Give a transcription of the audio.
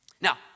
Now